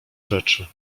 rzeczy